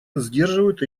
сдерживают